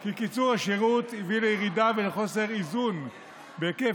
כי קיצור השירות הביא לירידה ולחוסר איזון בהיקף